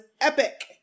epic